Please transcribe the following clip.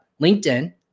LinkedIn